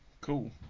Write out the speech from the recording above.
cool